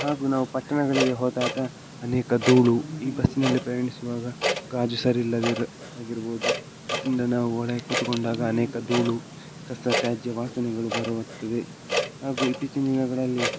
ಹಾಗೂ ನಾವು ಪಟ್ಟಣಗಳಿಗೆ ಹೋದಾಗ ಅನೇಕ ಧೂಳು ಈ ಬಸ್ಸಿನಲ್ಲಿ ಪ್ರಯಾಣಿಸುವಾಗ ಗಾಜು ಸರಿ ಇಲ್ಲದೆ ಇರ ಆಗಿರ್ಬೋದು ಅದರಿಂದ ನಾವು ಒಳಗೆ ಕೂತುಕೊಂಡಾಗ ಅನೇಕ ಧೂಳು ಕಸ ತ್ಯಾಜ್ಯ ವಾಸನೆಗಳು ಬರುತ್ತದೆ ಹಾಗೂ ಇತ್ತೀಚಿನ ದಿನಗಳಲ್ಲಿ